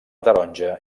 taronja